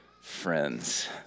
friends